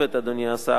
אדוני השר,